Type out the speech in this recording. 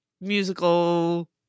musical